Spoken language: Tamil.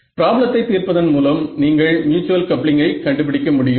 ப்ராப்ளத்தை தீர்ப்பதன் மூலம் நீங்கள் மியூச்சுவல் கப்ளிங்கை கண்டுபிடிக்க முடியும்